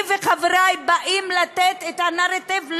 אני וחברי באים לתת את הנרטיב,